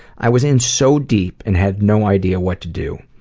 i was in so deep and had no idea what to do.